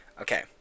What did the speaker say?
Okay